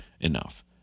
enough